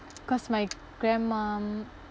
because my grandmum